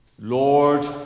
Lord